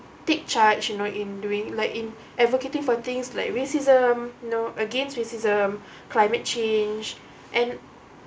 take charge you know in doing like in advocating for things like racism you know against racism climate change and